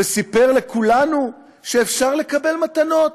וסיפר לכולנו שאפשר לקבל מתנות.